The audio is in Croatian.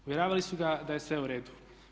Uvjeravali su ga da je sve u redu.